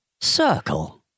Circle